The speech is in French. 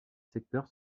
secteur